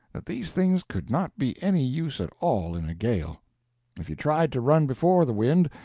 that these things could not be any use at all in a gale if you tried to run before the wind,